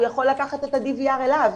הוא יכול לקחת את ה DVR אליו.